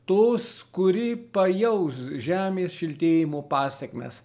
tos kuri pajaus žemės šiltėjimo pasekmes